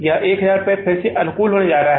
यह 1000 पर फिर से अनुकूल होने जा रहा है